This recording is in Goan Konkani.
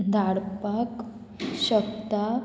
धाडपाक शकता